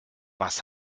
was